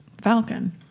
falcon